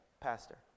Pastor